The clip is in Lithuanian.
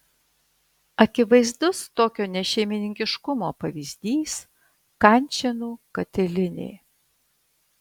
akivaizdus tokio nešeimininkiškumo pavyzdys kančėnų katilinė